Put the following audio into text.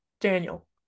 Daniel